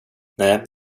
nej